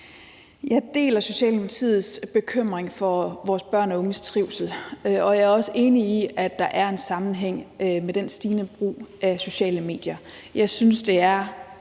Jeg deler Socialdemokratiets bekymring for vores børn og unges trivsel, og jeg er også enig i, at der er en sammenhæng mellem de ting og så den stigende brug af sociale medier. Jeg synes, det er